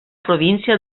província